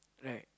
right